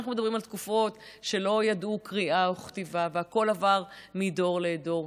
אנחנו מדברים על תקופות שלא ידעו קריאה וכתיבה והכול עבר מדור לדור.